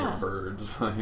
birds